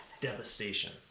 devastation